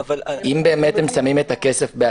אם באמת הם שמים את הכסף בעצמם.